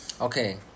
Okay